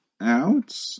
out